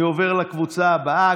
אני עובר לקבוצה הבאה.